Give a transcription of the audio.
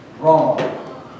wrong